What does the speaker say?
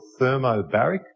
thermobaric